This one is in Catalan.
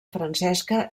francesca